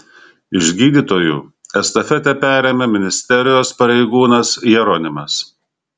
iš gydytojų estafetę perėmė ministerijos pareigūnas jeronimas